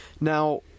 Now